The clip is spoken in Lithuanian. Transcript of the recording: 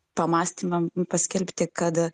pamąstymą paskelbti kad